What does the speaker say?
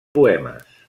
poemes